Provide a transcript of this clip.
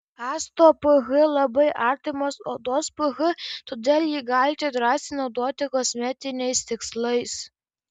acto ph labai artimas odos ph todėl jį galite drąsiai naudoti kosmetiniais tikslais